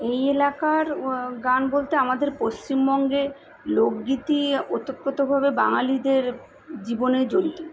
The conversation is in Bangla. এই এলাকার গান বলতে আমাদের পশ্চিমবঙ্গে লোকগীতি ওতপ্রোতভাবে বাঙালিদের জীবনে জড়িত